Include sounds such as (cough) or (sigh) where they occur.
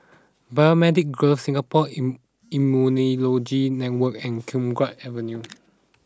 Biomedical Grove Singapore in Immunology Network and Khiang Guan Avenue (noise)